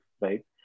right